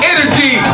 Energy